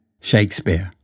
Shakespeare